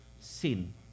sin